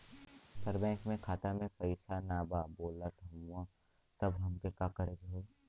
पर बैंक मे खाता मे पयीसा ना बा बोलत हउँव तब हमके का करे के होहीं?